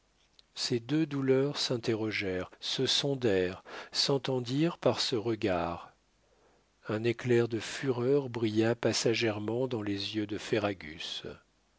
ces deux douleurs s'interrogèrent se sondèrent s'entendirent par ce regard un éclair de fureur brilla passagèrement dans les yeux de ferragus